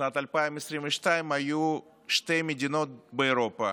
שבשנת 2022 היו שתי מדינות באירופה